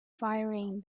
firing